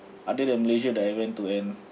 other than malaysia that I went to and